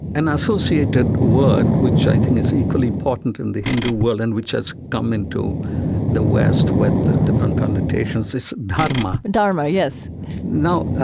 an associated word which i think is equally important in the hindu world and which has come into the west with different connotations, is dharma dharma, yes now,